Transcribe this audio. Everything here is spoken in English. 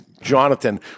Jonathan